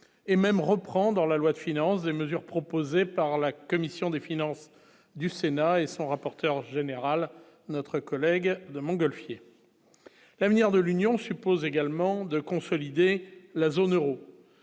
et même reprend dans la loi de finance des mesures proposées par la commission des finances du Sénat, et son rapporteur général, notre collègue de Montgolfier l'avenir de l'Union suppose également de consolider la zone Euro,